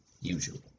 Usually